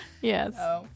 Yes